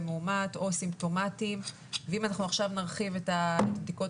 מאומת או סימפטומטיים ואם אנחנו עכשיו נרחיב את בדיקות